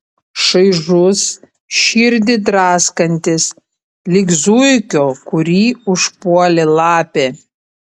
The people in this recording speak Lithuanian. šaižus širdį draskantis lyg zuikio kurį užpuolė lapė